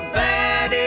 bad